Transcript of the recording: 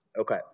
Okay